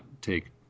take